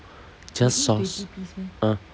just sauce ah